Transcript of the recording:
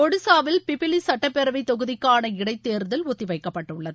ஒடிசாவில் பிப்லி சுட்டப்பேரவை தொகுதிக்கான இடைத்தேர்தல் ஒத்தி வைக்கப்பட்டுள்ளது